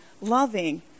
loving